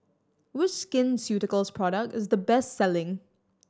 which Skin Ceuticals product is the best selling